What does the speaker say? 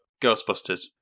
Ghostbusters